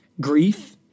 grief